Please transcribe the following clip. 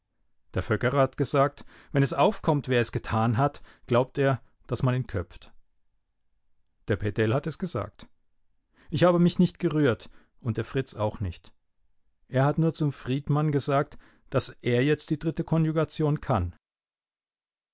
der föckerer hat gesagt wenn es aufkommt wer es getan hat glaubt er daß man ihn köpft der pedell hat es gesagt ich habe mich nicht gerührt und der fritz auch nicht er hat nur zum friedmann gesagt daß er jetzt die dritte konjugation kann